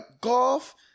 golf